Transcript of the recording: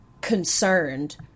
concerned